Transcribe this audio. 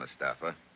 Mustafa